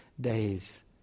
days